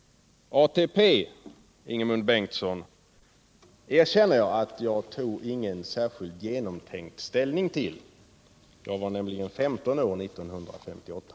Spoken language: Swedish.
ATP, Ingemund Bengtsson, erkänner jag att jag inte tog någon särskilt genomtänkt ställning till. Jag var nämligen 15 år 1958.